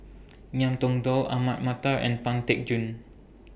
Ngiam Tong Dow Ahmad Mattar and Pang Teck Joon